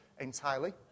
entirely